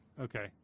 Okay